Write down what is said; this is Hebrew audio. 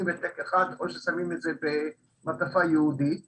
שמים במעטפה ייעודית